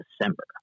December